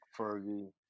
Fergie